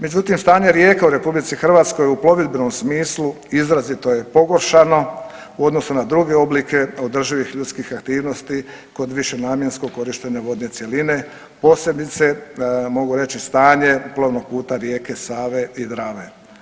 Međutim, stanje rijeka u RH u plovidbenom smislu izrazito je pogoršano u odnosu na druge oblike održivih ljudskih aktivnosti kod višenamjenskog korištenja vodne cjeline, posebice mogu reći stanje plovnog puta rijeke Save i Drave.